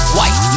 White